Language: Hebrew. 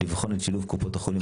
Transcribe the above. לבחון את שילוב קופות החולים,